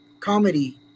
Comedy